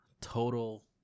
total